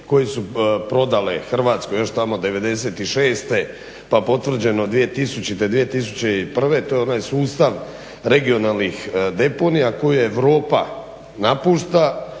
koju su prodale Hrvatskoj još tamo '96. pa potvrđeno 2000., 2001. to je onaj sustav regionalnih deponija koje Europa napušta,